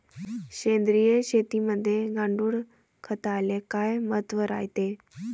सेंद्रिय शेतीमंदी गांडूळखताले काय महत्त्व रायते?